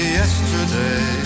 yesterday